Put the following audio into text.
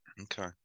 Okay